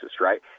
right